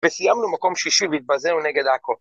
‫וסיימנו מקום שישי ‫והתבזנו נגד עכו.